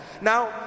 Now